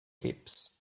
keeps